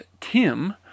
Tim